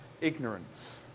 ignorance